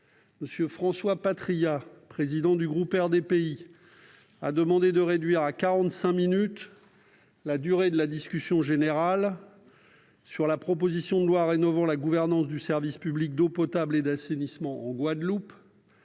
M. François Patriat, président du groupe RDPI, a demandé de réduire à quarante-cinq minutes la durée de la discussion générale sur la proposition de loi rénovant la gouvernance du service public d'eau potable et d'assainissement en Guadeloupe